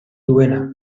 duena